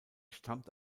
stammt